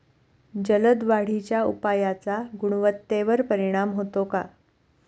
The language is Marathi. जलद वाढीच्या उपायाचा गुणवत्तेवर परिणाम होतो का?